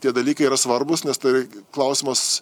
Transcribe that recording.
tie dalykai yra svarbūs nes tai yra klausimas